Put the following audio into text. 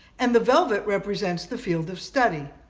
and the velvet represents the field of study.